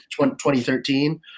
2013